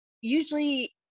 usually